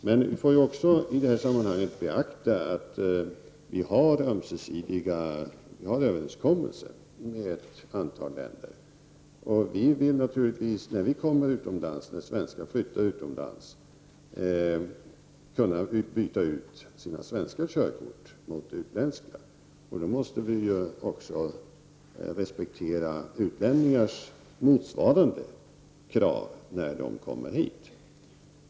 Men i det här sammanhanget får vi beakta att vi har ömsesidiga överenskommelser med ett antal länder. Vi vill naturligtvis att svenskar när de flyttar utomlands skall kunna byta ut sina svenska körkort mot utländska. Då måste vi också respektera utlänningars motsvarande krav när de kommer hit.